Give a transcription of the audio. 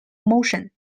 motion